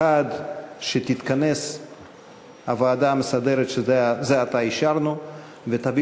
1. שתתכנס הוועדה המסדרת שזה עתה אישרנו ותביא